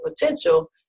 potential